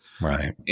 Right